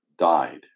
died